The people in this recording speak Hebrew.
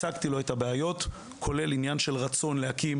הצגתי לו את הבעיות כולל עניין של רצון להקים